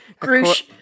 Groosh